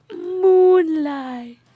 moonlight